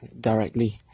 Directly